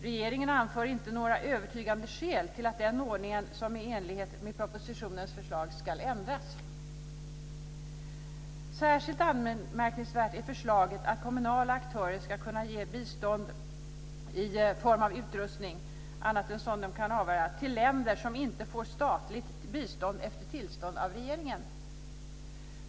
Regeringen anför inte några övertygande skäl till att den ordningen ska ändras i enlighet med propositionens förslag. Särskilt anmärkningsvärt är förslaget att kommunala aktörer ska kunna ge bistånd i form av utrustning, annan än sådan de kan avvara, till länder som inte får statligt bistånd efter tillstånd av regeringen.